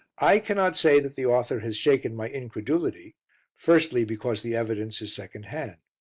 i cannot say that the author has shaken my incredulity firstly, because the evidence is second-hand.